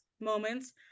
moments